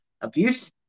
abuse